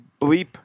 bleep